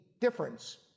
difference